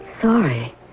Sorry